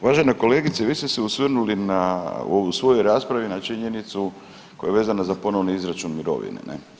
Uvažena kolegice vi ste se osvrnuli na, u svojoj raspravi na činjenicu koja je vezana za ponovni izračun mirovine ne.